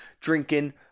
drinking